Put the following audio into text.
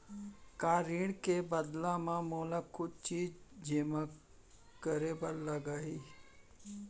का ऋण के बदला म मोला कुछ चीज जेमा करे बर लागही?